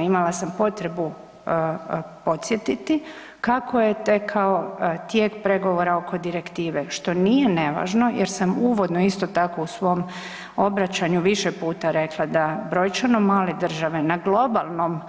Imala sam potrebu podsjetiti kako je tekao tijek pregovora oko direktive što nije nevažno jer sam uvodno isto tako u svom obraćanju više puta rekla da brojčano male države na globalnom